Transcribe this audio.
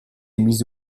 mise